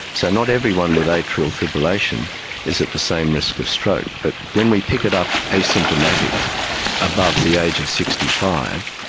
so, not everyone with atrial fibrillation is at the same risk of stroke. but when we pick it up asymptomatic above the age of sixty five,